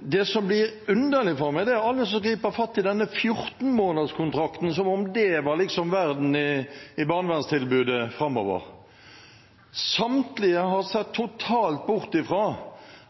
Det som blir underlig for meg, er alle som griper fatt i denne 14-månederskontrakten som om det liksom var verden i barnevernstilbudet framover. Samtlige har sett totalt bort fra